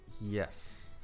Yes